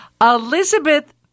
Elizabeth